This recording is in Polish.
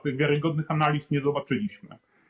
Tych wiarygodnych analiz nie zobaczyliśmy.